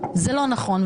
זה לא נכון.